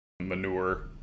manure